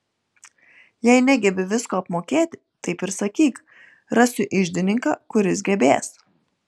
jei negebi visko apmokėti taip ir sakyk rasiu iždininką kuris gebės